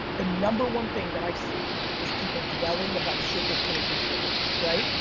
the number one thing that i see is people dwelling about shit they couldn't control, right?